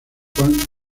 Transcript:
juan